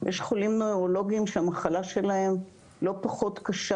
יש חולים אורולוגיים שהמחלה שלהם לא פחות קשה